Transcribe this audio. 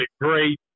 great